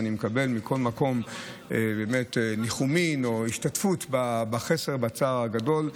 ואני מקבל מכל מקום ניחומים או השתתפות בחסר ובצער הגדול.